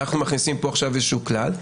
אנחנו מכניסים פה עכשיו איזשהו כלל.